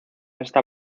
esta